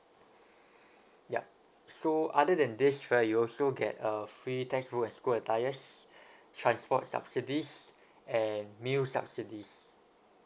ya so other than this right you also get a free text book and school attires transport subsidies and meal subsidies